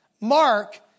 Mark